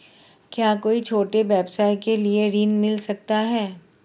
क्या कोई छोटे व्यवसाय के लिए ऋण मिल सकता है?